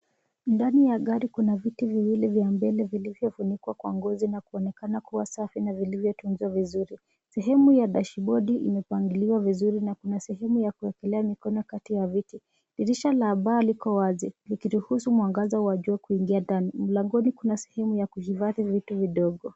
Ndani ya gari kuna viti viwili vya mbele vilivyo funikwa kwa ngozi na kuonekana kuwa safi na vilivyo tunzwa vizuri. Sehemu ya dashibodi imepangiliwa vizuri na kuna sehemu ya kuwekelea mikono kati ya viti. Dirisha la ubawa liko wazi likiruhusu mwangaza wa jua kuingia ndani. Mlangoni kuna sehemu ya kuhifadhi vitu vidogo.